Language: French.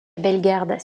bellegarde